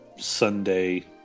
Sunday